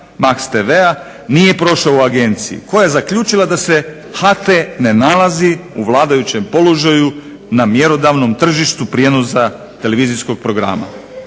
Max-tva nije prošao u agenciji koja je zaključila da se HT ne nalazi u vladajućom položaju na mjerodavnom tržištu prijenosa televizijskog programa.